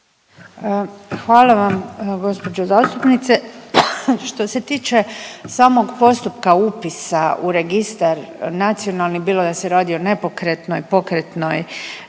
Hvala vam gospođo zastupnice. Što se tiče samog postupka upisa u registar nacionalni bilo da se radi o nepokretnoj, pokretnoj